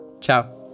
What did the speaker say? Ciao